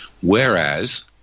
Whereas